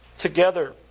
together